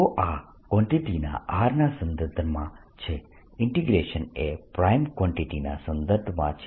dl ×r rr r3 તો આ આ કવાન્ટીટીના r ના સંદર્ભમાં છે ઇન્ટીગ્રેશન એ પ્રાઈમ કવાન્ટીટીના સંદર્ભમાં છે